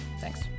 Thanks